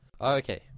Okay